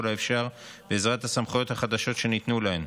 האפשר בעזרת הסמכויות החדשות שניתנו להן.